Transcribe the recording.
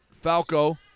Falco